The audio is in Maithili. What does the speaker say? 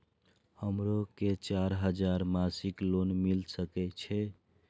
हमरो के चार हजार मासिक लोन मिल सके छे?